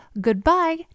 goodbye